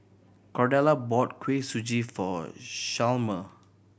Cordella bought Kuih Suji for Chalmer